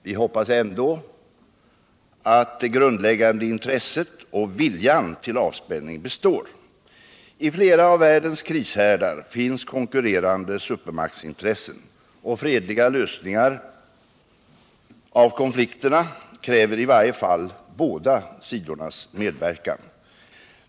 Vi hoppas ändå att det grundläggande intresset för och viljan till avspänning består. I flera av världens krishärdar finns konkurrerande supermaktsintressen. Fredliga lösningar av konflikterna kräver i varje fall båda sidornas medverkan.